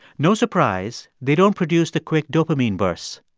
no surprise they don't produce the quick dopamine bursts.